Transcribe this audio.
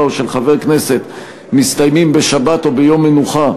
או של חבר כנסת מסתיימים בשבת או ביום מנוחה,